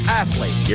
athlete